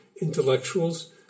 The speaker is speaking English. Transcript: intellectuals